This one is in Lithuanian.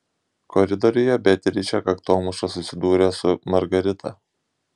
koridoriuje beatričė kaktomuša susidūrė su margarita